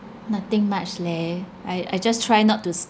nothing much leh I I just try not to